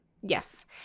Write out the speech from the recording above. Yes